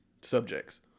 subjects